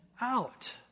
out